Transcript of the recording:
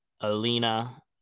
Alina